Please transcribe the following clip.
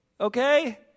Okay